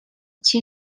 two